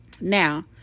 Now